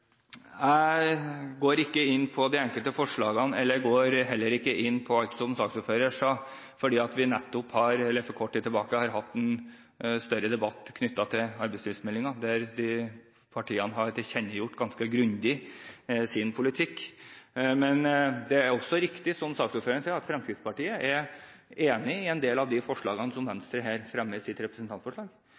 Jeg går ikke inn på de enkelte forslagene og heller ikke inn på alt som saksordføreren sa, fordi vi for kort tid siden har hatt en større debatt knyttet til arbeidslivsmeldingen, der partiene ganske grundig har tilkjennegjort sin politikk. Men det er også riktig, som saksordføreren sa, at Fremskrittspartiet er enig i en del av de forslagene som Venstre her fremmer i sitt representantforslag.